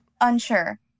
Unsure